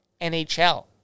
NHL